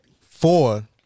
four